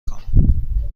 کنم